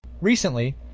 Recently